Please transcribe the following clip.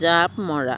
জাঁপ মৰা